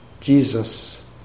Jesus